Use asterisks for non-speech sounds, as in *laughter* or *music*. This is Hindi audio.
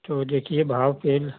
तो देखिए भाव *unintelligible*